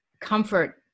comfort